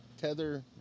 Tether